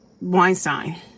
Weinstein